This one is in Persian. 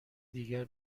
دیگر